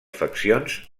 faccions